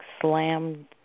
slammed